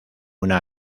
una